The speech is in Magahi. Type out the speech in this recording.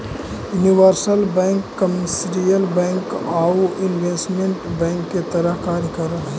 यूनिवर्सल बैंक कमर्शियल बैंक आउ इन्वेस्टमेंट बैंक के तरह कार्य कर हइ